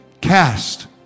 cast